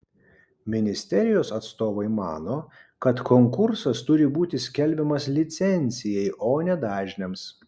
ministerijos atstovai mano kad konkursas turi būti skelbiamas licencijai o ne dažniams